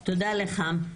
לך.